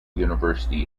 university